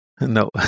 No